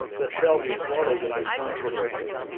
that shall be swallowed in this controuersie.